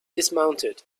dismounted